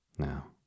Now